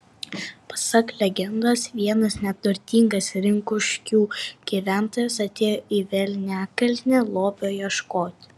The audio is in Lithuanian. pasak legendos vienas neturtingas rinkuškių gyventojas atėjo į velniakalnį lobio ieškoti